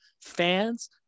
fans